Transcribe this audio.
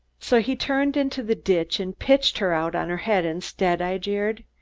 so he turned into the ditch and pitched her out on her head instead, i jeered.